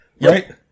Right